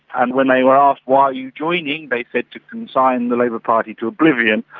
and when they were asked why are you joining, they said to consign the labour party to oblivion.